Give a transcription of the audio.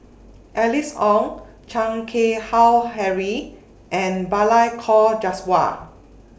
Alice Ong Chan Keng Howe Harry and Balli Kaur Jaswal